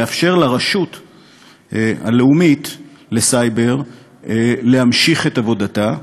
לאפשר לרשות הלאומית לסייבר להמשיך את עבודתה.